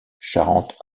charente